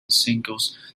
singles